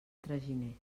traginer